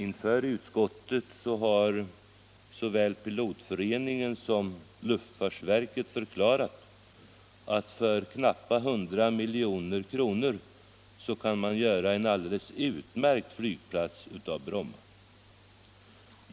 Inför utskottet har såväl Pilotföreningen som luftfartsverket förklarat att man kan göra en alldeles utmärkt flygplats av Bromma för knappa 100 milj.kr.